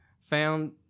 found